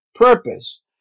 Purpose